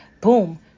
Boom